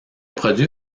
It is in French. produit